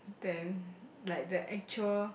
than like the actual